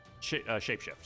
shapeshift